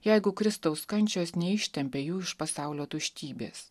jeigu kristaus kančios neištempė jų iš pasaulio tuštybės